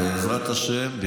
בעזרת השם.